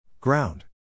Ground